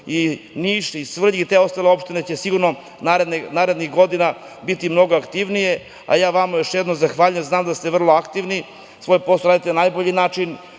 Niš, Svrljig, i ostale opštine će sigurno narednih godina biti mnogo aktivnije. Još jednom vam zahvaljujem, znam da ste vrlo aktivni, svoj posao radite na najbolji način.